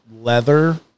leather